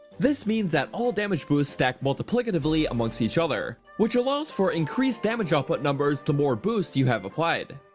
this means that all damage boosts stack multiplicatively amongst each other, which allows for increased damage output numbers the more boosts you have applied.